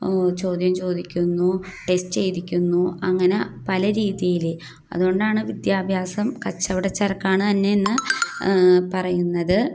ചോദ്യം ചോദിക്കുന്നു ടെസ്റ്റ് എഴുതിക്കുന്നു അങ്ങനെ പല രീതിയിൽ അതുകൊണ്ടാണ് വിദ്യാഭ്യാസം കച്ചവടച്ചരക്കാണ് തന്നെയെന്നു പറയുന്നത്